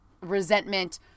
resentment